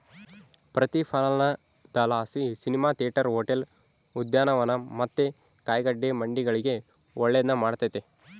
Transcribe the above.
ಪ್ರತಿಫಲನದಲಾಸಿ cinema theatre, hotel, ಉದ್ಯಾನವನ ಮತ್ತೆ ಕಾಯಿಗಡ್ಡೆ ಮಂಡಿಗಳಿಗೆ ಒಳ್ಳೆದ್ನ ಮಾಡೆತೆ